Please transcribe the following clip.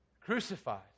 Crucified